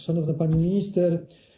Szanowna Pani Minister!